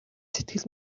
сэтгэл